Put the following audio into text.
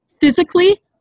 physically